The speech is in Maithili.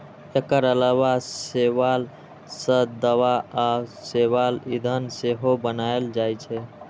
एकर अलावा शैवाल सं दवा आ शैवाल ईंधन सेहो बनाएल जाइ छै